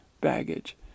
baggage